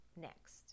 next